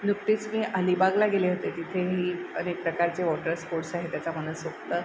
नुकतीच मी अलिबागला गेले होते तिथेही एक प्रकारचे वॉटर स्पोर्ट्स आहे त्याच्या मनसोक्त